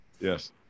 Yes